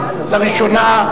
לראשונה,